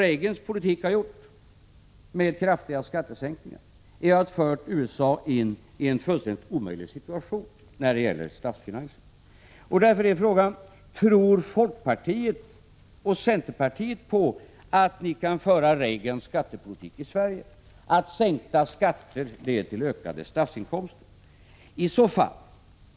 För vad Ronald Reagans politik med kraftiga skattesänkningar har åstadkommit är att ha fört USA in i en fullständigt omöjlig statsfinansiell situation. Därför är frågan: Tror folkpartiet och centerpartiet att ni kan föra Ronald Reagans skattepolitik i Sverige? Tror ni att sänkta skatter leder till ökade statsinkomster?